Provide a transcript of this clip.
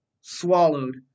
swallowed